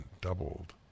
Doubled